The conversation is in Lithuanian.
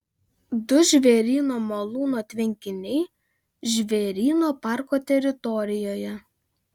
du žvėryno malūno tvenkiniai žvėryno parko teritorijoje